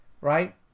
right